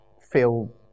feel